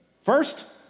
First